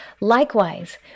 Likewise